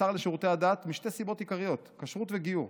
השר לשירותי הדת משתי סיבות עיקריות: כשרות וגיור.